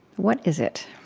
what is it?